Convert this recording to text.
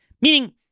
Meaning